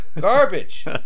Garbage